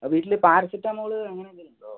ആ വീട്ടിൽ പാരസെറ്റാമോള് അങ്ങനെ എന്തേലുമുണ്ടോ